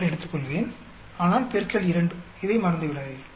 62 எடுத்துக்கொள்வேன் ஆனால் X 2 இதை மறந்துவிடாதீர்கள்